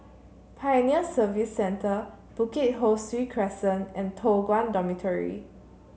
Pioneer Service Centre Bukit Ho Swee Crescent and Toh Guan Dormitory